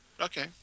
Okay